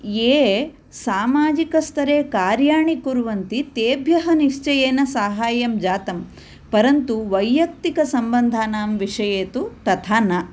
ये सामाजिकस्तरे कार्याणि कुर्वन्ति तेभ्यः निश्चयेन साहाय्यं जातं परन्तु वैयक्तिकसम्बन्धानां विषये तु तथा न